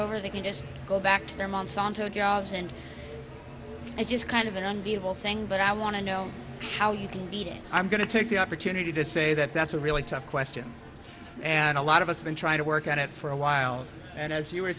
over they can just go back to their monsanto jobs and it just kind of an unbelievable thing but i want to know how you can beat it i'm going to take the opportunity to say that that's a really tough question and a lot of us been trying to work on it for a while and as you were